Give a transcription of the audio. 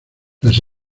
las